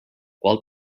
qual